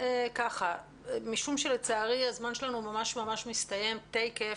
משום שלצערי הזמן שלנו מסתיים תכף,